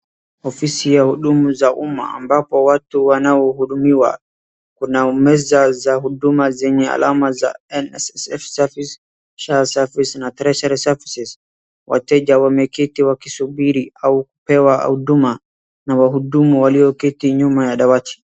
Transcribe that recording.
Ofisi ya hudumu za umma ambapo watu wanaohudumiwa kuna meza za hudumu zenye alama za nssf service , sha service na treasury services . Wateja wameketi wakisubiri au kupewa huduma na wahudumu walioketi nyuma ya dawati